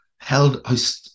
Held